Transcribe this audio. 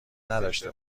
نداشته